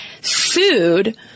sued